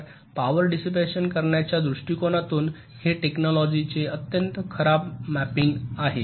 तर power dissipation करण्याच्या दृष्टिकोनातून हे टेक्नोलॉजीाचे एक अत्यंत खराब मॅपिंग आहे